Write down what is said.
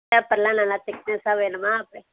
பேப்பரெல்லாம் நல்லா திக்னெஸ்ஸாக வேணுமா